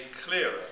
clearer